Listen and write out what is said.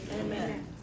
Amen